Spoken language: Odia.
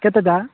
କେତେଟା